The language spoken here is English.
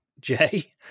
Jay